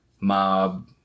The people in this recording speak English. mob